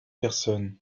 personne